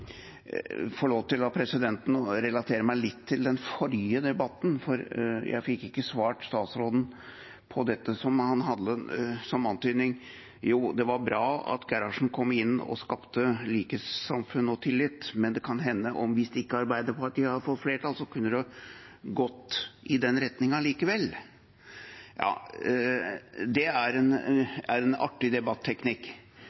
presidenten – å relatere seg litt til den forrige debatten, for jeg fikk ikke svart statsråden på dette som han hadde som antydning: Det var bra at Einar Gerhardsen kom inn og skapte likhetssamfunn og tillit, men det kan hende at hvis ikke Arbeiderpartiet hadde fått flertall, kunne det likevel gått i den retningen. Det er en artig debatteknikk, men det er